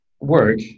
work